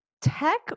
Tech